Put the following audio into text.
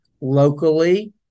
locally